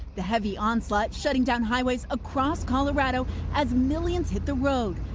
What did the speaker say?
the heavy onslaught shutting down highways across colorado as millions hit the road.